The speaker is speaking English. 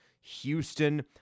Houston